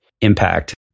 impact